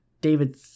David